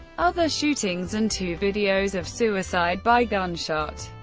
other shootings and two videos of suicide by gunshot.